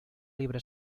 libre